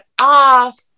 off